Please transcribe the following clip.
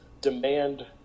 demand